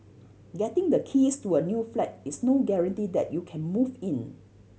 getting the keys to a new flat is no guarantee that you can move in